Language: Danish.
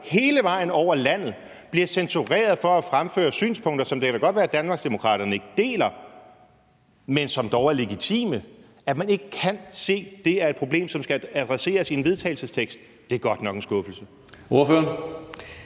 hele vejen over landet bliver censureret for at fremføre synspunkter, som det da godt kan være Danmarksdemokraterne ikke deler, men som dog er legitime, og at man ikke kan se, at det er et problem, som skal adresseres i en vedtagelsestekst, er godt nok en skuffelse.